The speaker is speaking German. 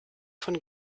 von